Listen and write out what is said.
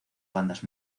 bandas